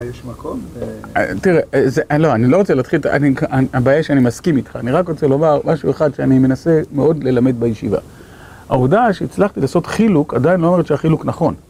יש מקום? תראה, אני לא רוצה להתחיל, הבעיה היא שאני מסכים איתך, אני רק רוצה לומר משהו אחד שאני מנסה מאוד ללמד בישיבה. ההודעה שהצלחתי לעשות חילוק עדיין לא אומרת שהחילוק נכון